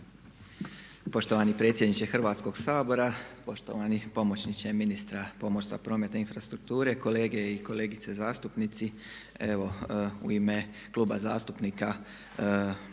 Poštovani predsjedniče Hrvatskoga sabora, poštovani pomoćniče ministra pomorstva, prometa i infrastrukture, kolege i kolegice zastupnici. Evo u ime Kluba zastupnika